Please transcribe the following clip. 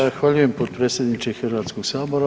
Zahvaljujem, potpredsjedniče Hrvatskog sabora.